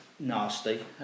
Nasty